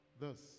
Thus